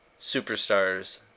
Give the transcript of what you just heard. Superstars